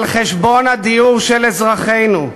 על חשבון הדיור של אזרחינו,